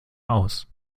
aus